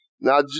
Now